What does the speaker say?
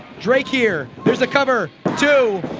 drake here, theres a cover two!